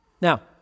Now